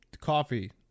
Coffee